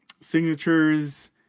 signatures